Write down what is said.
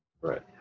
Right